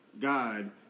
God